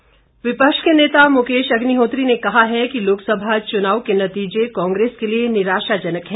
अग्निहोत्री विपक्ष के नेता मुकेश अग्निहोत्री ने कहा है कि लोकसभा चुनाव के नतीजे कांग्रेस के लिए निराशाजनक हैं